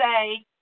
say